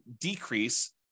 decrease